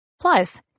Plus